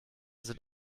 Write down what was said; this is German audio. sind